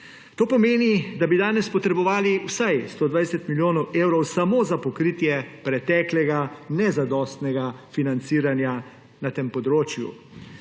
To pomeni, da bi danes potrebovali vsaj 120 milijonov evrov samo za pokritje preteklega nezadostnega financiranja na tem področju.